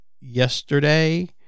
yesterday